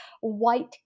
white